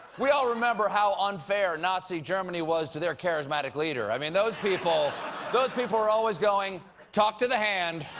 we all remember how unfair nazi germany was to their charismatic leader. i mean those people those people were always going talk to the hand!